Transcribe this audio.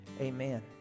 Amen